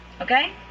Okay